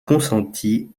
consenti